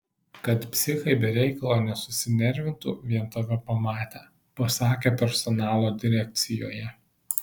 kad psichai be reikalo nesusinervintų vien tave pamatę pasakė personalo direkcijoje